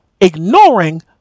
ignoring